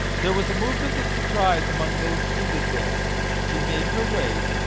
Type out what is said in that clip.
there was a movement of surprise among those seated there she made her way,